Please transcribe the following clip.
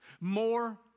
more